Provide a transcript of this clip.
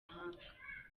mahanga